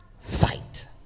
fight